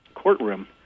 courtroom